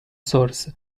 source